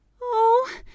Oh